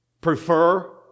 prefer